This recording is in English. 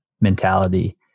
mentality